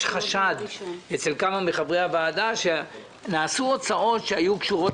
יש חשד אצל כמה מחברי הוועדה שנעשו הוצאות שהיו קשורות